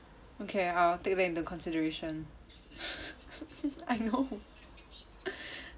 okay I'll take that into consideration I know